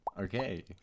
okay